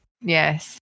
Yes